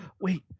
Wait